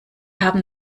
haben